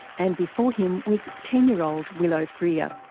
and before him was ten year old willow freer.